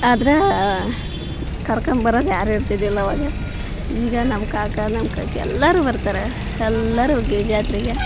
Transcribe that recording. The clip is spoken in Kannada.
ಆದರೆ ಕರ್ಕಂಬರಕ್ಕೆ ಯಾರು ಇರ್ತಿದ್ದಿಲ್ಲ ಅವಾಗ ಈಗ ನಮ್ಮ ಕಾಕ ನಮ್ಮ ಕಾಕಿ ಎಲ್ಲರೂ ಬರ್ತಾರ ಎಲ್ಲರು ಹೋಗಿ ಜಾತ್ರೆಗೆ